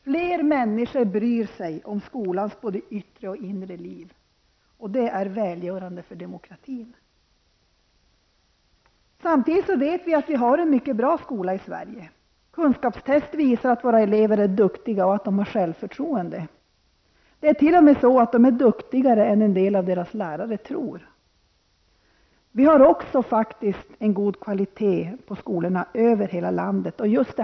Fler människor bryr sig om skolans både yttre och inre liv. Det är välgörande för demokratin. Samtidigt vet vi att vi har en mycket bra skola i Sverige. Kunskapstest visar att våra elever är duktiga och att de har självförtroende. Det är t.o.m. så att de är duktigare än vad en del av deras lärare tror. Vi har också god kvalitet på skolorna över hela landet.